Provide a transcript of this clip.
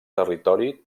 territori